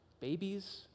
babies